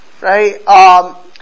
Right